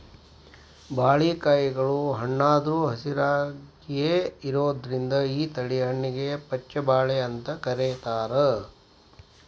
ಬಾಳಿಕಾಯಿಗಳು ಹಣ್ಣಾದ್ರು ಹಸಿರಾಯಾಗಿಯೇ ಇರೋದ್ರಿಂದ ಈ ತಳಿ ಹಣ್ಣಿಗೆ ಪಚ್ಛ ಬಾಳೆ ಅಂತ ಕರೇತಾರ